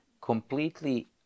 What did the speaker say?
completely